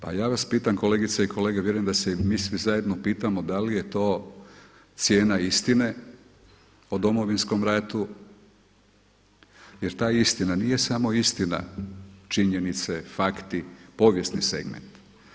Pa ja vas pitam kolegice i kolege, vjerujem da se i mi svi zajedno pitamo da li je to cijena istine o Domovinskom ratu jer ta istina nije samo istina, činjenice, fakti, povijesni segment.